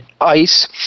ice